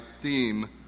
theme